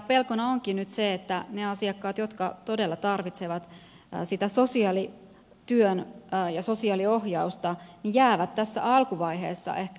pelkona onkin nyt se että ne asiakkaat jotka todella tarvitsevat sitä sosiaalityötä ja sosiaaliohjausta jäävät tässä alkuvaiheessa ehkä huomiotta